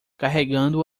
carregando